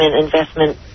investment